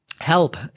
help